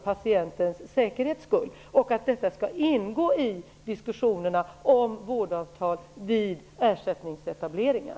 Detta skall ingå i diskussionerna om vårdavtal vid ersättningsetableringar.